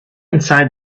inside